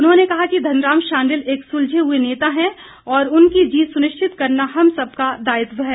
उन्होंने कहा कि धनीराम शांडिल एक सुलझे हुए नेता है और उनकी जीत सुनिश्चित करना हम सब का दायित्व है